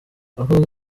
aho